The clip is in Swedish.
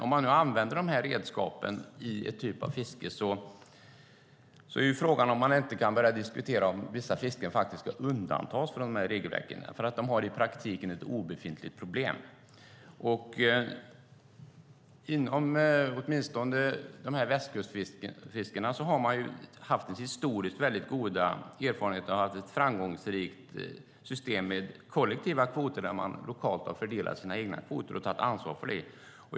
Om man nu använder redskapen i en typ av fiske är frågan om man inte ska börja diskutera att vissa fisken ska undantas från regelverken. De har i praktiken ett obefintligt problem. Västkustfiskarna har historiskt haft väldigt goda erfarenheter av ett framgångsrikt system med kollektiva kvoter där de lokalt har fördelat sina egna kvoter och tagit ansvar för det.